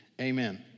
amen